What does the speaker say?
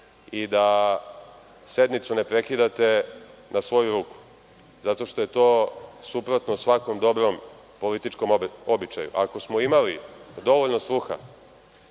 i da sednicu ne prekidate na svoju ruku, zato što je to suprotno svakom dobrom političkom običaju. Ako smo imali dovoljno sluha